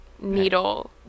needle